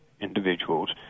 individuals